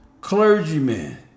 clergymen